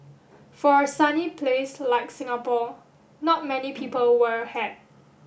for a sunny place like Singapore not many people wear a hat